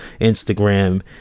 Instagram